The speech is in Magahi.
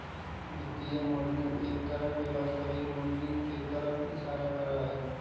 वित्तीय मॉडलिंग एक तरह से वास्तविक माडलिंग के तरफ इशारा करा हई